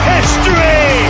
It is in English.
History